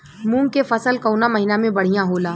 मुँग के फसल कउना महिना में बढ़ियां होला?